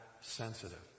sensitive